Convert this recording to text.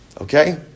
Okay